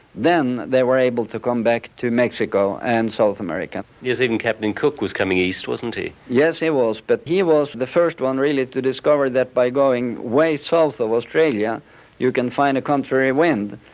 then they were able to come back to mexico and south america. yes, even captain cook was coming east wasn't he? yes he was, but he was the first one really to discover that by going way south of australia you can find a contrary wind,